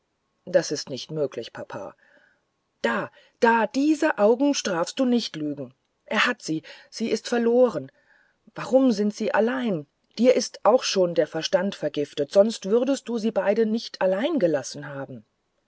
das ist nicht möglich papa da da diese augen strafe du nicht lügen er hat sie sie ist verloren warum sind die allein dir ist auch schon der verstand vergiftet sonst würdest du sie beide nicht allein gelassen haben